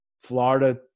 Florida